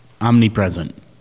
omnipresent